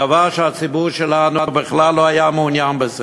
דבר שהציבור שלנו בכלל לא היה מעוניין בו,